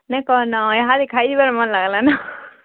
ନାଇଁ କହନ ଇହାଦେ ଖାଇଯିବାର୍ ମନ୍ ଲାଗ୍ଲାନ